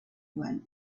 one